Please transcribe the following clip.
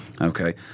Okay